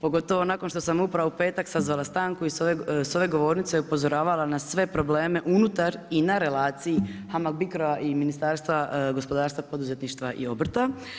Pogotovo nakon što sam upravo u petak sazvala stanku i sa ove govornice upozoravala na sve probleme unutar i na relaciji HAMAG BICRO-a i Ministarstva gospodarstva, poduzetništva i obrta.